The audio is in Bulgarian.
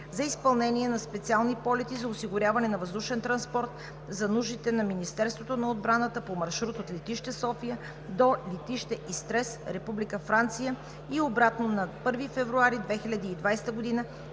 за изпълнение на специални полети за осигуряване на въздушен транспорт за нуждите на Министерството на отбраната по маршрут от летище София до летище Истрес, Република Франция, и обратно на 1 февруари 2020 г.